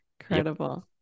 Incredible